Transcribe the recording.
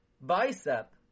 bicep